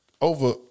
Over